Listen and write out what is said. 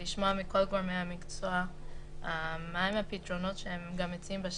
ולשמוע מכל גורמי המקצוע מהם הפתרונות שהם גם מציעים בשטח,